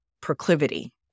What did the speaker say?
proclivity